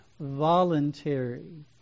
voluntary